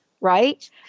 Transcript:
Right